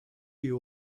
you